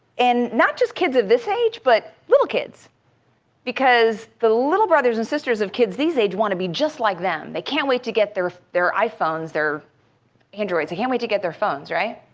and not just kids of this age, but little kids because the little brothers and sisters of kids these age want to be just like them. they can't wait to get their their iphones, their androids. they can't wait to get their phones, right?